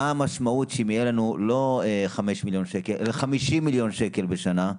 מה המשמעות אם יהיו לנו לא 5 מיליון שקל אלא 50 מיליון שקל בשנה,